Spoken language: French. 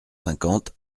cinquante